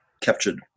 captured